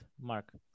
Mark